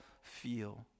feel